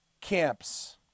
camps